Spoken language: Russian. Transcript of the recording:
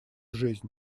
жизнь